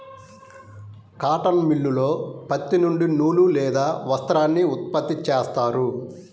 cotton మిల్లులో పత్తి నుండి నూలు లేదా వస్త్రాన్ని ఉత్పత్తి చేస్తారు